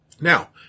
Now